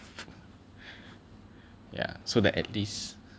ya so that at least